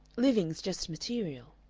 living's just material.